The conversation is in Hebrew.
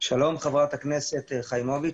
שלום חברת הכנסת חיימוביץ'.